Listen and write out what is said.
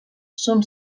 són